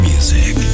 Music